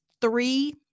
three